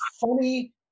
funny